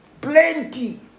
Plenty